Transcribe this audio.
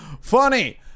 Funny